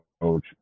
Coach